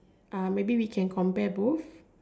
maybe we can compare both